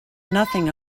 nothing